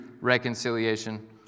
reconciliation